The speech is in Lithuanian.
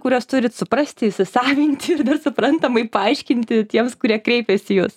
kuriuos turit suprasti įsisavinti ir suprantamai paaiškinti tiems kurie kreipiasi į jus